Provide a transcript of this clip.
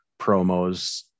promos